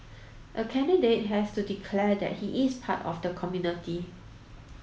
a candidate has to declare that he is part of the community